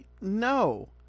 No